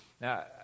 Now